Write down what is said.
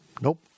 nope